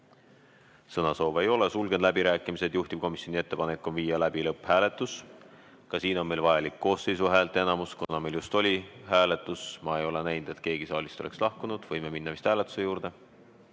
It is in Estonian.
Sõnasoove ei ole, sulgen läbirääkimised. Juhtivkomisjoni ettepanek on viia läbi lõpphääletus. Ka siin on meil vajalik koosseisu häälteenamus. Kuna meil just oli hääletus ja ma ei ole näinud, et keegi saalist oleks lahkunud, võime vist minna hääletuse juurde.